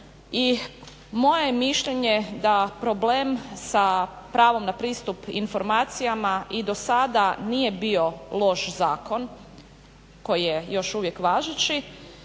I moje je mišljenje da problem sa pravom na pristup informacijama i do sada nije bio loš zakon koji je još uvijek važeći,